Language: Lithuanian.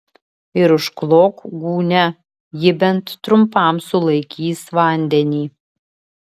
ir užklok gūnia ji bent trumpam sulaikys vandenį